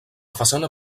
façana